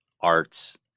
arts